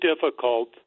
difficult